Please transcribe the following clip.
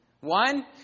One